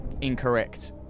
Incorrect